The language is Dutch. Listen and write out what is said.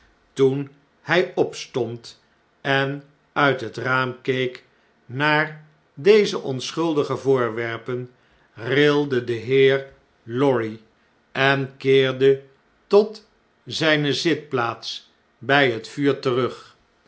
toen hjj opstond en uit het raam keek naar deze onschuldige voorwerpen rilde de heer lorry en keerde tot zijne zitplaats bjj het vuur terug